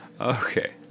Okay